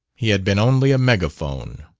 he had been only a megaphone.